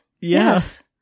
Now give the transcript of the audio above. Yes